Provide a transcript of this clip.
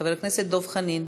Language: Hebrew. חבר הכנסת דב חנין.